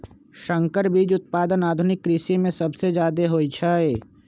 संकर बीज उत्पादन आधुनिक कृषि में सबसे जादे होई छई